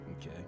Okay